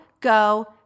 go